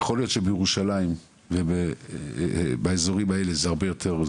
יכול להיות שבירושלים ובאזורים האלה זה הרבה יותר,